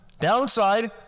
downside